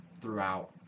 throughout